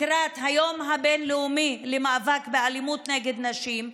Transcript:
לקראת היום הבין-לאומי למאבק באלימות נגד נשים,